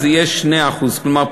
זה יהיה 2%. כלומר,